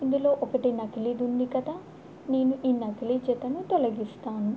ఇందులో ఒకటి నకిలీది ఉంది కదా నేను ఈ నకిలీ జతను తొలగిస్తాను